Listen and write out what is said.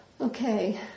Okay